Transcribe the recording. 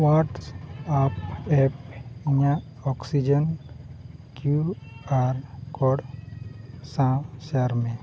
WhatsApp app ᱤᱧᱟᱹᱜ oxygen QR code ᱥᱟᱶ share ᱢᱮ